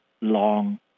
long